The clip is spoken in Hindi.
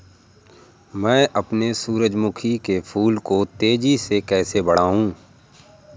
मैं अपने सूरजमुखी के फूल को तेजी से कैसे बढाऊं?